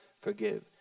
forgive